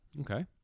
Okay